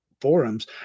forums